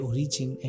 Origin